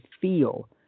feel